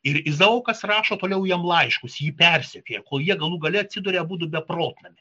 ir izaokas rašo toliau jam laiškus jį persekioja kol jie galų gale atsiduria abudu beprotnamy